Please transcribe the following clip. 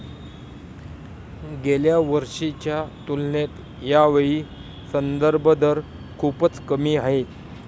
गेल्या वर्षीच्या तुलनेत यावेळी संदर्भ दर खूपच कमी आहे